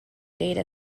data